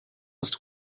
ist